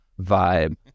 vibe